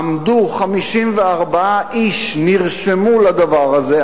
עמדו 54 איש ונרשמו לדבר הזה,